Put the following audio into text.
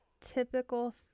typical